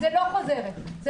זה לא עבירה חוזרת.